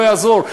לא יעזור.